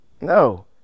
no